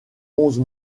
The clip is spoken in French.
onze